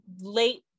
late